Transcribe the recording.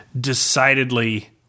decidedly